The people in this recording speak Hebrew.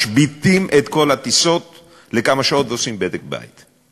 משביתים את כל הטיסות לכמה שעות ועושים בדק בית.